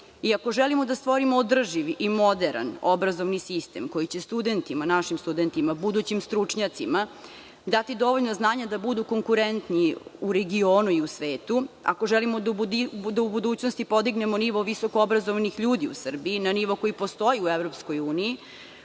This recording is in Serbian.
I ako želimo da stvorimo održiv i moderan obrazovni sistem koji će studentima, našim studentima, budućim stručnjacima dati dovoljno znanja da budu konkurentni u regionu i u svetu, ako želimo da u budućnosti podignemo nivo visokoobrazovanih ljudi u Srbiji na nivo koji postoji u EU,